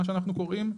מה שאנחנו קורים.